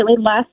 less